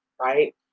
right